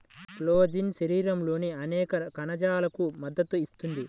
collagen శరీరంలోని అనేక కణజాలాలకు మద్దతు ఇస్తుంది